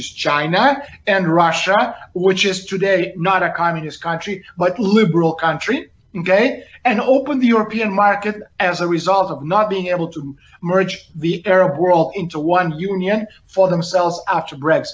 is china and russia which is today not a communist country but liberal country and open the european market as a result of not being able to merge the arab world into one union for themselves after brea